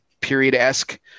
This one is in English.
period-esque